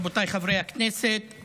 רבותיי חברי הכנסת,